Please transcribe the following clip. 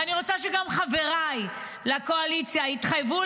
ואני רוצה שגם חבריי לקואליציה יתחייבו,